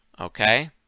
Okay